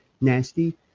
Nasty